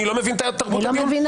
אני לא מבין את התרבות הזאת.